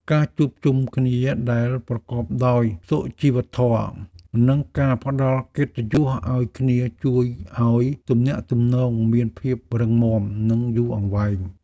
ការជួបជុំគ្នាដែលប្រកបដោយសុជីវធម៌ និងការផ្ដល់កិត្តិយសឱ្យគ្នាជួយឱ្យទំនាក់ទំនងមានភាពរឹងមាំ និងយូរអង្វែង។